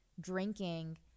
drinking